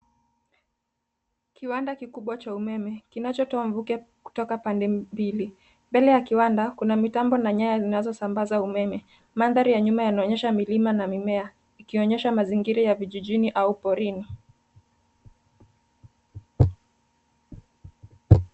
Kiwanda kikubwa cha umeme. Kinachotoa mvuke kutoka pande mbili. Mbele ya kiwanda, kuna mitambo na nyaya zinazosambaza umeme. Mandhari ya nyuma yanaonyesha milima na mimea. Ikionyesha mazingira ya vijijini au porini.